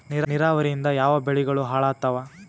ನಿರಾವರಿಯಿಂದ ಯಾವ ಬೆಳೆಗಳು ಹಾಳಾತ್ತಾವ?